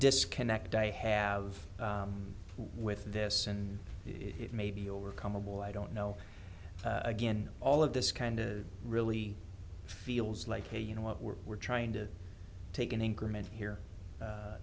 disconnect i have with this and it may be overcome a well i don't know again all of this kind of really feels like hey you know what we're we're trying to take an increment here a